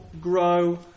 grow